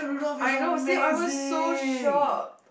I know same I was so shocked